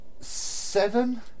seven